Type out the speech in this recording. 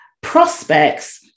prospects